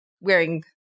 wearing